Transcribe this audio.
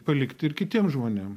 palikti ir kitiem žmonėm